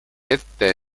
ette